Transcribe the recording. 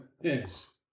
yes